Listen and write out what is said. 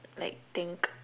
like think